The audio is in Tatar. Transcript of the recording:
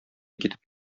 китеп